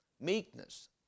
meekness